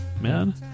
man